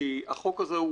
כי החוק הזה,